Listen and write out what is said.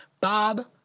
Bob